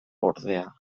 ordea